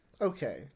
Okay